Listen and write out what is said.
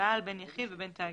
"בעל" בין יחיד ובין תאגיד".